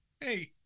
Hey